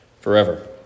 forever